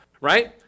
right